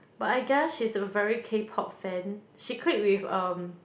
but I guess she's a very K-Pop fan she click with um